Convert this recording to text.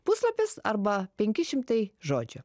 puslapis arba penki šimtai žodžių